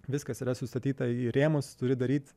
viskas yra sustatyta į rėmus turi daryt